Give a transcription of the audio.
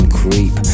creep